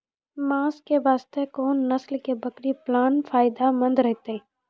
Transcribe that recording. मांस के वास्ते कोंन नस्ल के बकरी पालना फायदे मंद रहतै?